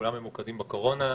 כולם ממוקדים בקורונה.